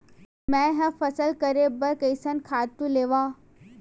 मैं ह फसल करे बर कइसन खातु लेवां?